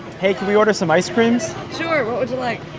hey, can we order some ice creams? sure. what would you like?